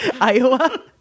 Iowa